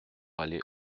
aller